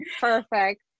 Perfect